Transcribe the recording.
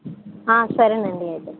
ఆ సరే అండి అయితే